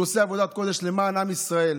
הוא עושה עבודת קודש למען עם ישראל.